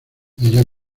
ella